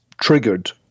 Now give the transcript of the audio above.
triggered